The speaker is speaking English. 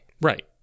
Right